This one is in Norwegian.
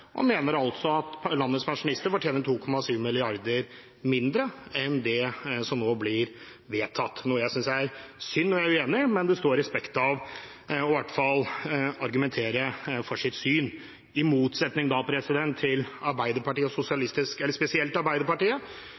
Han mener altså at landets pensjonister fortjener 2,7 mrd. kr mindre enn det som nå blir vedtatt, noe jeg synes er synd, og er uenig i. Men det står respekt av i hvert fall å argumentere for sitt syn, i motsetning til spesielt Arbeiderpartiet,